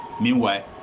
meanwhile